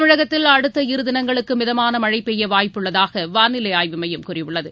தமிழகத்தில் அடுத்த இரு தினங்களுக்கு மிதமான மழை பெய்ய வாய்ப்பு உள்ளதாக வானிலை ஆய்வு மையம் கூறியுள்ளது